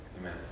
Amen